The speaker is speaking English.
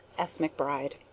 s. mcbride.